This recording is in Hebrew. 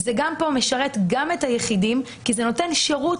זה משרת גם את היחידים כי זה נותן להם שירות